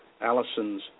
Allison's